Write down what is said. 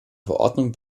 verordnung